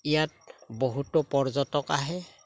ইয়াত বহুতো পৰ্যটক আহে